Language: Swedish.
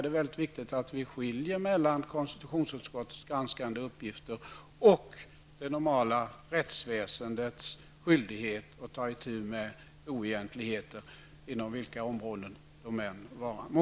Det är mycket viktigt att vi skiljer mellan konstitutionsutskottets granskande uppgifter och det normala rättsväsendets skyldighet att ta itu med oegentligheter inom vilka områden de än vara må.